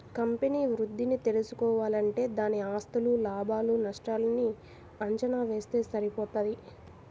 company వృద్ధిని తెల్సుకోవాలంటే దాని ఆస్తులు, లాభాలు నష్టాల్ని అంచనా వేస్తె సరిపోతది